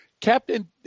Captain